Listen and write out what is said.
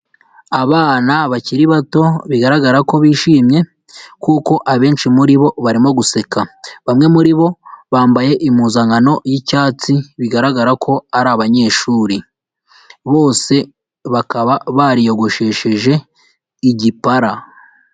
Abana bakiri bato bigaragara ko bishimye kuko abenshi muri bo barimo guseka, bamwe muri bo bambaye impuzankano y'icyatsi, bigaragara ko ari abanyeshuri bose bakaba bariyogoshesheje igipara.